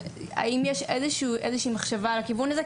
האם יש איזו שהיא מחשבה על הכיוון הזה?